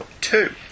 two